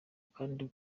kandi